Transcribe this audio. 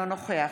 אינו נוכח